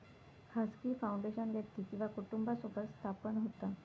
खाजगी फाउंडेशन व्यक्ती किंवा कुटुंबासोबत स्थापन होता